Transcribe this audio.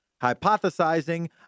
hypothesizing